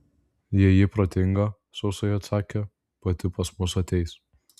jei ji protinga sausai atsakė pati pas mus ateis